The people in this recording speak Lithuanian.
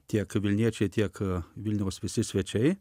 tiek vilniečiai tiek vilniaus visi svečiai